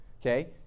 Okay